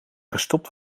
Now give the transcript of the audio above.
gestopt